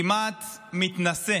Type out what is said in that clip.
כמעט מתנשא